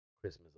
Christmas